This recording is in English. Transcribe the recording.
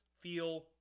feel